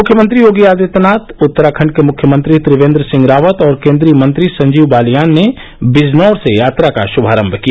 मुख्यमंत्री योगी आदित्यनाथ उत्तराखण्ड के मुख्यमंत्री त्रिवेन्द्र सिंह रावत और केन्द्रीय मंत्री संजीव बालियान ने विजनौर से यात्रा का शुभारम्म किया